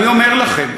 אני אומר לכם,